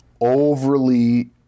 overly